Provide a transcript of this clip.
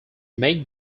make